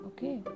Okay